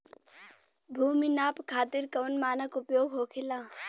भूमि नाप खातिर कौन मानक उपयोग होखेला?